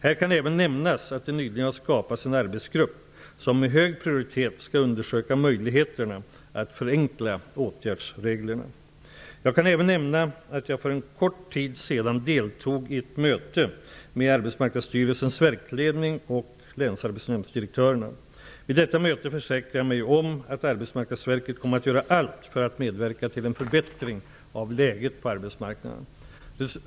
Här kan även nämnas att det nyligen har skapats en arbetsgrupp som med hög prioritet skall undersöka möjligheterna att förenkla åtgärdsreglerna. Jag kan även nämna att jag för en kort tid sedan deltog i ett möte med Arbetsmarknadsstyrelsens verksledning och länsarbetsnämndsdirektörerna. Vid detta möte försäkrade jag mig om att Arbetsmarknadsverket kommer att göra allt för att medverka till en förbättring av läget på arbetsmarknaden.